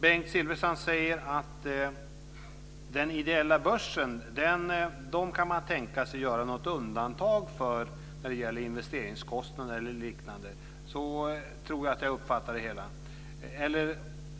Bengt Silfverstrand säger att den ideella börsen kan man tänka sig att göra något undantag för i fråga om investeringskostnader eller liknande. Så tror jag att jag uppfattade det hela.